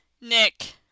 Nick